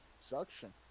suction